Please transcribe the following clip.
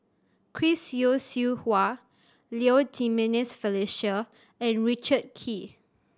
Chris Yeo Siew Hua Low Jimenez Felicia and Richard Kee